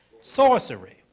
Sorcery